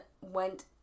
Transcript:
went